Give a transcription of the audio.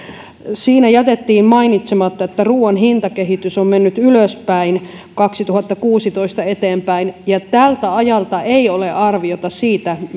siinä jätettiin mainitsematta että ruuan hintakehitys on mennyt ylöspäin vuodesta kaksituhattakuusitoista eteenpäin ja tältä ajalta ei ole arviota siitä